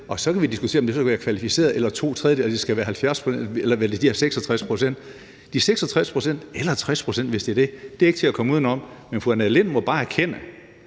Vi kan så diskutere, om det skal være med et kvalificeret flertal eller to tredjedele, om det skal være 70 pct. eller de her 66 pct. eller 60 pct., hvis det er det. Det er ikke til at komme uden om. Men fru Annette Lind må bare erkende,